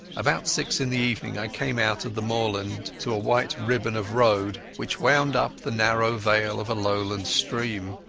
about six in the evening i came out of the moorland to a white ribbon of road which wound up the narrow vale of a lowland stream.